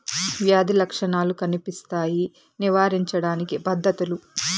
వ్యాధి లక్షణాలు కనిపిస్తాయి నివారించడానికి పద్ధతులు?